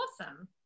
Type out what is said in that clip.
awesome